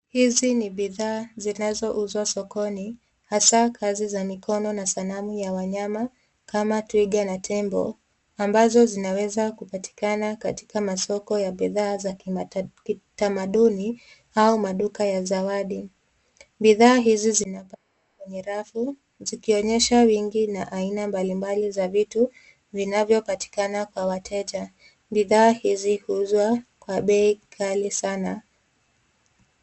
Hizi ni bidhaa zinazouzwa sokoni hasa kazi za mikono na sanamu ya wanyama kama twiha na tembo ambazo zinaweza kupatikana katika masoko ya bidhaa za kitamaduni au maduka ya zawai. Bidhaa hizi zinepangwa kwenye rafu zikionyesha wingi na aina mbalimbali za vitu vinavyopatikana kwa wateja. Bidhaa hizi huuzwa kwa bei kali sana.